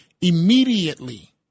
immediately